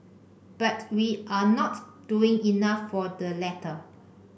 but we are not doing enough for the latter